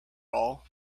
all